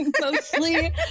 Mostly